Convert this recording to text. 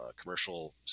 commercial